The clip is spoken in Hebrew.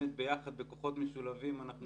שבאמת ביחד בכוחות משולבים אנחנו